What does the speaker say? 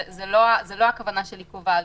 זו לא הכוונה של עיכוב ההליכים.